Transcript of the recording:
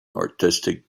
artistic